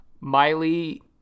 Miley